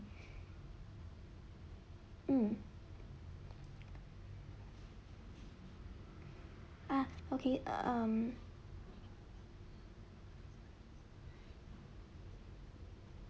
mm uh okay um